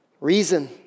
reason